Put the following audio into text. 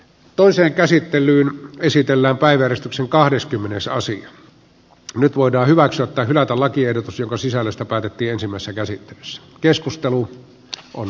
toiseen käsittelyyn esitellä päiveristyksen kahdeskymmenes aasia on nyt voidaan hyväksyä tai hylätä lakiehdotus jonka sisällöstä päätettiin silmänsä käsin se keskustelua on